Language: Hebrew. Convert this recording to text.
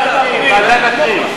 לוועדת הפנים.